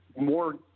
more